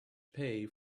pay